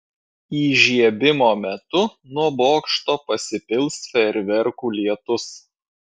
įžiebimo metu nuo bokšto pasipils fejerverkų lietus